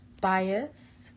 biased